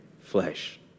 flesh